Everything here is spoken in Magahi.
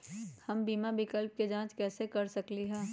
हम बीमा विकल्प के जाँच कैसे कर सकली ह?